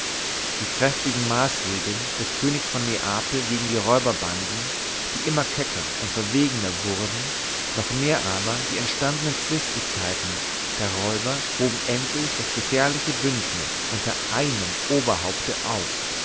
die kräftigen maßregeln des königs von neapel gegen die räuberbanden die immer kecker und verwegener wurden noch mehr aber die entstandenen zwistigkeiten der räuber hoben endlich das gefährliche bündnis unter einem oberhaupte auf